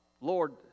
Lord